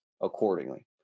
accordingly